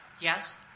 Yes